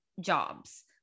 jobs